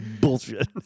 bullshit